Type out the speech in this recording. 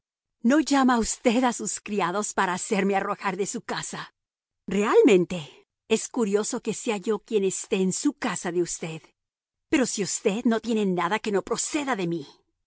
no llama usted a sus criados para hacerme arrojar de su casa realmente es curioso que sea yo quien esté en su casa de usted pero si usted no tiene nada que no proceda de mí